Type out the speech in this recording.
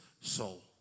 soul